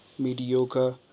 mediocre